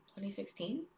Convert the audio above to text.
2016